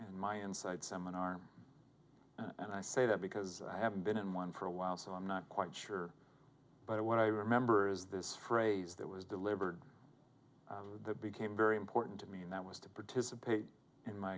in my inside seminar and i say that because i haven't been in one for a while so i'm not quite sure but what i remember is this phrase that was delivered that became very important to me and that was to participate in my